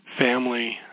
family